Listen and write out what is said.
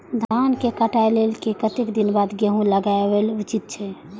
धान के काटला के कतेक दिन बाद गैहूं लागाओल उचित छे?